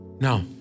Now